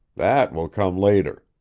that will come later.